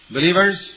Believers